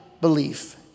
belief